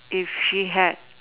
if she had